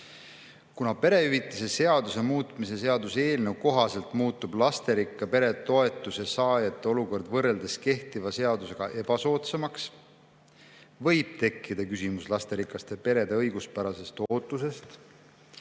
Kuna perehüvitiste seaduse muutmise seaduse eelnõu kohaselt muutub lasterikka pere toetuse saajate olukord võrreldes kehtiva seadusega ebasoodsamaks, võib tekkida küsimus lasterikaste perede õiguspärasest ootusest